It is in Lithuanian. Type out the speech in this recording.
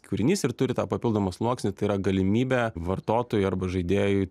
kūrinys ir turi tą papildomą sluoksnį tai yra galimybę vartotojui arba žaidėjui